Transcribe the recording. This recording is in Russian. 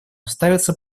ставится